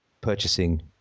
purchasing